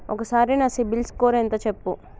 ఒక్కసారి నా సిబిల్ స్కోర్ ఎంత చెప్పు?